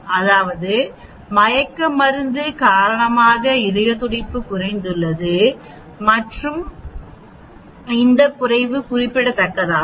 அதாவது மயக்க மருந்து காரணமாக இதய துடிப்பு குறைந்துள்ளது மற்றும் இந்த குறைவு குறிப்பிடத்தக்கதாகும்